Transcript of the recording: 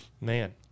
Man